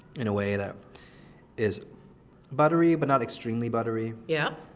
in a way that is buttery but not extremely buttery yeah.